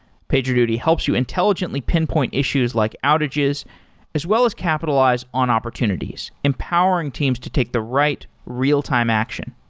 pagerduty helps you intelligently pinpoint issues like outages as well as capitalize on opportunities empowering teams to take the right real-time action.